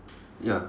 ya